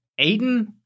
Aiden